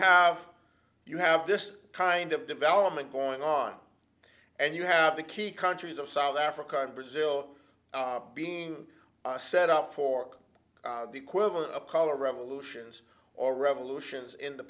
have you have this kind of development going on and you have the key countries of south africa and brazil being set up for the equivalent of color revolutions or revolutions in the